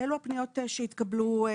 אלה פניות שהתקבלו.